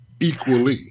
equally